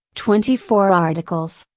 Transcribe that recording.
twenty four articles,